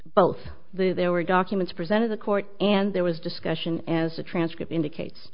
both the there were documents present of the court and there was discussion as the transcript indicates